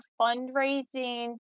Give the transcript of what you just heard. fundraising